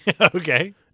Okay